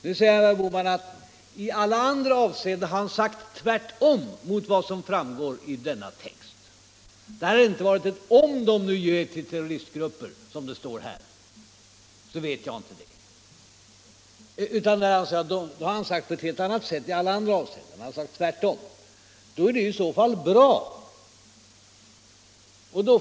Nu säger herr Bohman att han i alla avseenden sagt tvärtemot vad som framgår av denna text. Det var inte ett ”om de nu ger till terroristgrupper”, som det står här, ”vilket jag inte vet”, utan han påstår sig ha sagt på ett helt annat sätt i alla avseenden, han har sagt tvärtom. I så fall är det bra.